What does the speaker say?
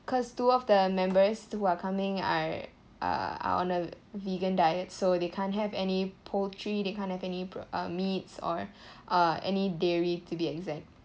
cause two of the members who are coming are uh on a vegan diet so they can't have any poultry they can't have any po~ uh meats or uh any dairy to be exact